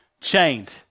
chained